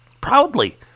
Proudly